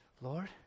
Lord